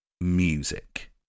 music